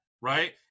right